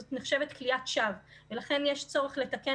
זאת נחשבת כליאת שווא ולכן יש צורך לתקן